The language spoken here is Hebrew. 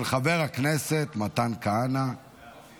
היא צודקת.